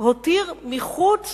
הותיר מחוץ